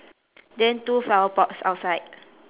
then two flower pots outside